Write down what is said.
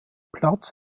platz